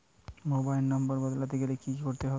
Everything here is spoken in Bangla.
মোবাইল নম্বর বদলাতে গেলে কি করতে হবে?